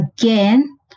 again